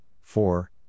four